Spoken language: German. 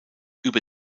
über